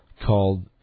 called